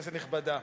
כנסת נכבדה,